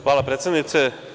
Hvala, predsednice.